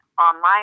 online